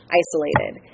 isolated